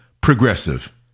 progressive